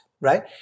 Right